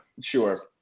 Sure